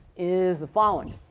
is the following.